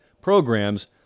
programs